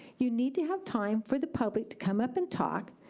you need to have time for the public to come up and talk.